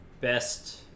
best